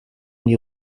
die